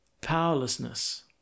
powerlessness